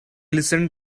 listened